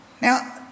Now